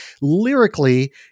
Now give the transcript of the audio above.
lyrically